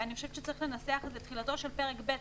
אני חושבת שצריך לנסח כך: תחילתו של פרק ב',